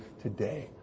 today